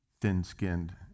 thin-skinned